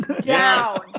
Down